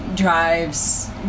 Drives